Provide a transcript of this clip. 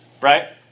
right